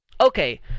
okay